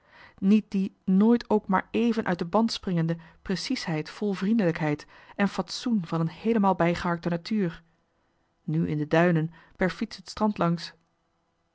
niet die nooit ook maar eens éven uit den band springende preciesheid vol vriendelijkheid en fatsoen van een heelemaal bijgeharkte natuur nu in de duinen per fiets het strand langs